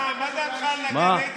יועז, מה דעתך על נגני דרבוקות?